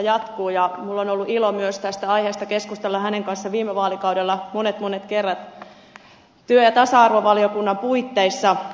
minulla on myös ollut ilo tästä aiheesta keskustella hänen kanssaan viime vaalikaudella monet monet kerrat työ ja tasa arvovaliokunnan puitteissa